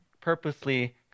purposely